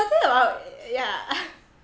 the thing about yeah